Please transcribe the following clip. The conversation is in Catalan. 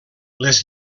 les